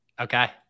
okay